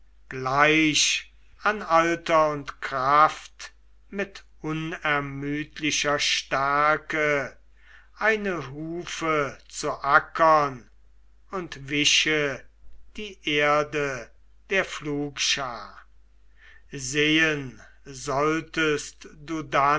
gleich an alter und kraft mit unermüdlicher stärke eine hufe zu ackern und wiche die erde der pflugschar sehen solltest du